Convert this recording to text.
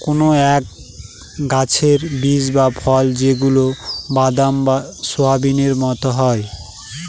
কোনো এক গাছের বীজ বা ফল যেগুলা বাদাম, সোয়াবিনের মতো হয়